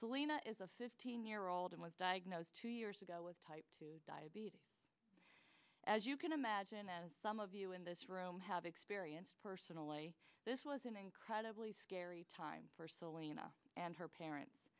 celina is a fifteen year old and was diagnosed two years ago with type two diabetes as you can imagine as some of you in this room have experienced personally this was an incredibly scary time for selena and her parents